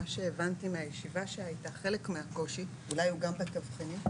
ממה שהבנתי מהישיבה שהייתה שחלק מהקושי אולי הוא גם בתבחינים,